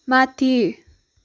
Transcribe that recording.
माथि